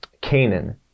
Canaan